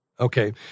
Okay